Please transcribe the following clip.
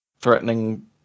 threatening